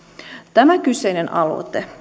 tämä kyseinen aloite